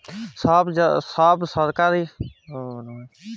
ছব সরকারি চাকরির কম্মচারি রিটায়ারমেল্টে যে পেলসল পায়